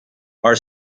are